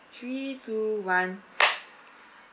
three two one